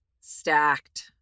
stacked